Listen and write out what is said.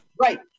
right